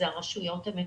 הרשויות המקומיות.